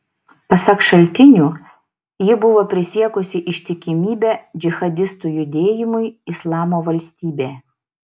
pasak šaltinių ji buvo prisiekusi ištikimybę džihadistų judėjimui islamo valstybė